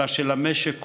אלא המשק כולו,